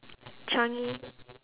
changi